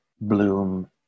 bloom